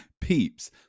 Peeps